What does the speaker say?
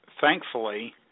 thankfully